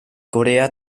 corea